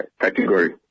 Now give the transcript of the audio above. category